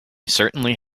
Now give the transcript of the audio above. certainly